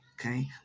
Okay